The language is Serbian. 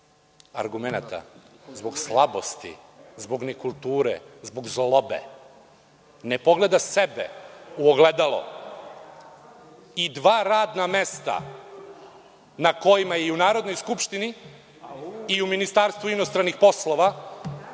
argumenata, zbog slabosti, zbog nekulture, zbog zlobe ne pogleda sebe u ogledalo i dva radna mesta na kojima je i u Narodnoj skupštini i u Ministarstvu inostranih poslova